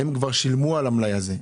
והם כבר שילמו על המלאי הזה.